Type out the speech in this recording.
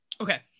okay